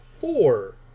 four